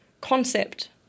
concept